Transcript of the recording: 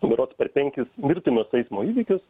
berods per penkis mirtinus eismo įvykius